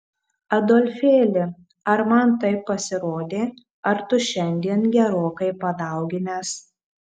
adolfėli ar man taip pasirodė ar tu šiandien gerokai padauginęs